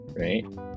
right